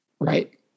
Right